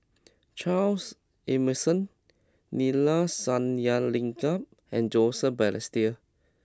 Charles Emmerson Neila Sathyalingam and Joseph Balestier